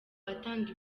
atanga